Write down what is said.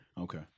Okay